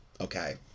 okay